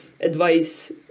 advice